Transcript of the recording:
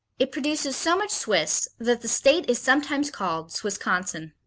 it produces so much swiss that the state is sometimes called swissconsin.